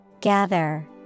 Gather